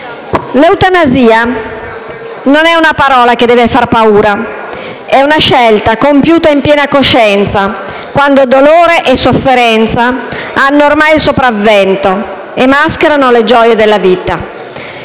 L'eutanasia non è una parola che deve far paura, ma una scelta compiuta in piena coscienza quando dolore e sofferenza hanno ormai il sopravvento e mascherano le gioie della vita.